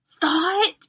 thought